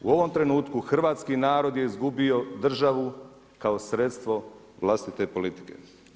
U ovom trenutku hrvatski narod je izgubio državu kao sredstvo vlastite politike.